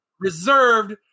reserved